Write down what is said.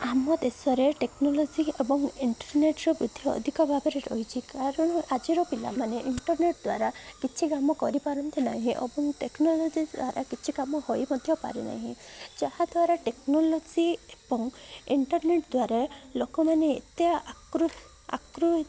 ଆମ ଦେଶରେ ଟେକ୍ନୋଲୋଜି ଏବଂ ଇଣ୍ଟରନେଟ୍ର ବହୁତି ଅଧିକ ଭାବରେ ରହିଛି କାରଣ ଆଜିର ପିଲାମାନେ ଇଣ୍ଟରନେଟ୍ ଦ୍ୱାରା କିଛି କାମ କରିପାରନ୍ତି ନାହିଁ ଏବଂ ଟେକ୍ନୋଲୋଜି ଦ୍ୱାରା କିଛି କାମ ହୋଇ ମଧ୍ୟ ପାରେ ନାହିଁ ଯାହାଦ୍ୱାରା ଟେକ୍ନୋଲୋଜି ଏବଂ ଇଣ୍ଟରନେଟ୍ ଦ୍ୱାରା ଲୋକମାନେ ଏତେ ଆକୃ ଆକୃ